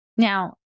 Now